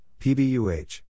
Pbuh